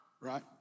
right